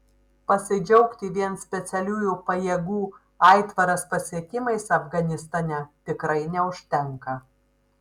pasidžiaugti vien specialiųjų pajėgų aitvaras pasiekimais afganistane tikrai neužtenka